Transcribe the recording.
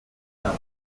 ganz